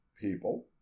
people